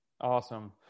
awesome